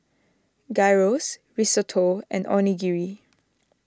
Gyros Risotto and Onigiri